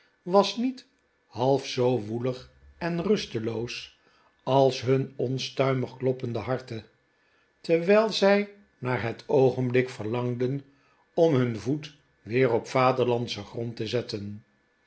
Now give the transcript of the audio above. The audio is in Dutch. was niet half zoo woelig en rusfeloos als hun onstuimig kloppende harten terwijl zij naar het oogenblik verlangden om hun voet weer op vaderlandschen grond te zetten